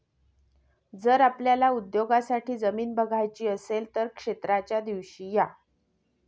जर आपल्याला उद्योगासाठी जमीन बघायची असेल तर क्षेत्राच्या दिवशी या